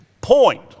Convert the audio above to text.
point